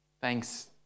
Thanks